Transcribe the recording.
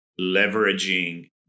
leveraging